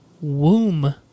Womb